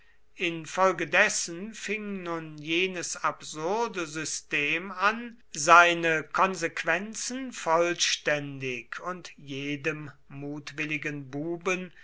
infolgedessen fing nun jenes absurde system an seine konsequenzen vollständig und jedem mutwilligen buben